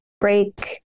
break